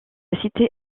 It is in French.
cité